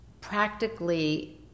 practically